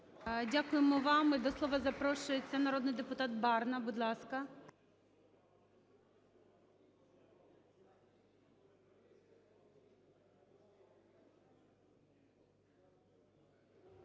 Дякуємо вам. І до слова запрошується народний депутат Барна.